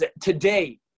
Today